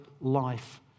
life